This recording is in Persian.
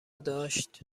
داشت